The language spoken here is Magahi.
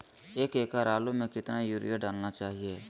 एक एकड़ आलु में कितना युरिया डालना चाहिए?